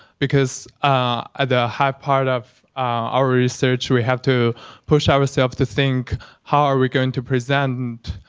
because at the high part of our research, we have to push ourselves to think how are we going to present